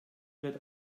wird